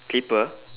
clipper